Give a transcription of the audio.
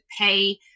pay